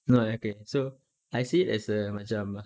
no oh okay so I see as a macam ah